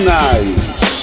nice